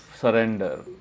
surrender